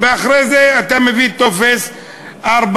ואחרי זה אתה מביא טופס 4,